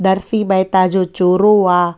नरसिंह महता जो चोरो आहे